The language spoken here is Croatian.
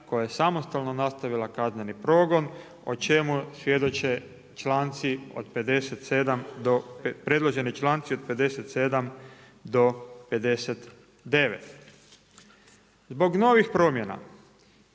koja je samostalno nastavila kazneni progon o čemu svjedoče članci od 57., predloženi članci od 57. do 59. Zbog novih promjena